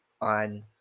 on